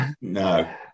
No